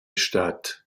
statt